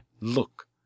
Look